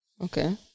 Okay